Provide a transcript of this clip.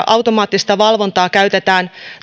automaattista valvontaa käytetään